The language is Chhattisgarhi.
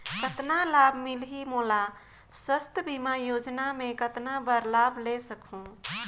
कतना लाभ मिलही मोला? स्वास्थ बीमा योजना मे कतना बार लाभ ले सकहूँ?